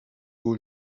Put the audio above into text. haut